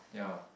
yeah